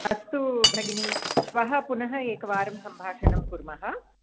अस्तु भगिनी श्वः पुनः एकवारं सम्भाषणं कुर्मः